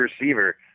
receiver